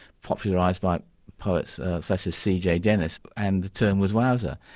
popularised by poets such as c. j. denis, and the term was wowser,